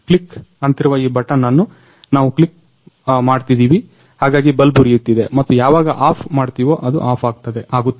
click ಅಂತಿರುವ ಈ button ಅನ್ನು ನಾವು ಕ್ಲಿಕ್ ಮಾಡ್ತಿದಿವಿ ಹಾಗಾಗಿ ಬಲ್ಬ್ ಉರಿಯುತ್ತಿದೆ ಮತ್ತು ಯಾವಾಗ ಆಫ್ ಮಾಡ್ತೀವೊ ಇದು ಆಫ್ ಅಗುತ್ತದೆ